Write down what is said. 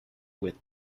with